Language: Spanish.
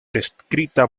descrita